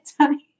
time